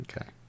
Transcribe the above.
Okay